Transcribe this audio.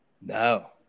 No